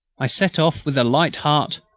i set off with a light heart,